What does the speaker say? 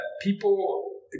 people